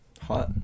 Hot